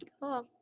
Cool